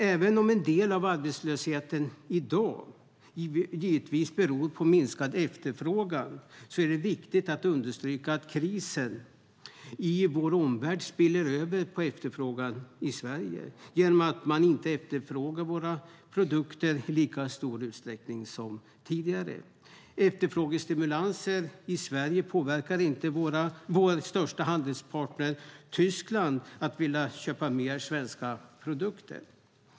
Även om en del av arbetslösheten i dag givetvis beror på minskad efterfrågan är det viktigt att understryka att krisen i vår omvärld spiller över på efterfrågan i Sverige genom att våra produkter inte efterfrågas i lika stor utsträckning som tidigare. Efterfrågestimulanser i Sverige påverkar inte vår största handelspartner Tyskland att vilja köpa mer svenska produkter.